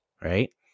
right